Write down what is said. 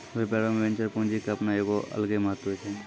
व्यापारो मे वेंचर पूंजी के अपनो एगो अलगे महत्त्व छै